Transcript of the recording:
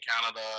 Canada